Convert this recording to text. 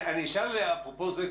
אפרופו זה,